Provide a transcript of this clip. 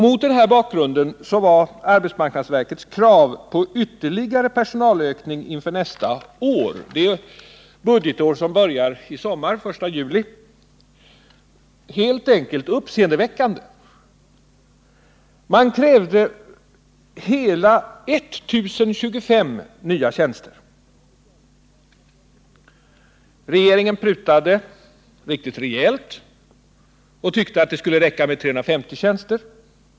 Mot den bakgrunden var arbetsmarknadsverkets krav på ytterligare personalökning inför nästa år — det budgetår som börjar i sommar, den 1 juli —- helt enkelt uppseendeväckande. Man krävde hela 1025 nya tjänster. Regeringen prutade riktigt rejält och ansåg att det skulle räcka med 350 nya tjänster.